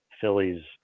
Phillies